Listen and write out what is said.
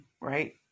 right